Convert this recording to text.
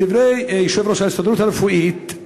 מדברי יושב-ראש ההסתדרות הרפואית,